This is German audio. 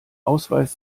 ausweis